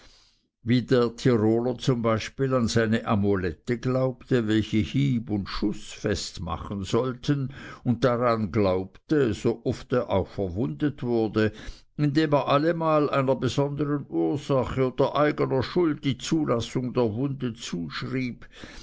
der tiroler zum beispiel an seine amulette glaubte welche hieb und schußfest machen sollten und daran glaubte so oft er auch verwundet wurde indem er allemal einer besondern ursache oder eigener schuld die zulassung der wunde zuschrieb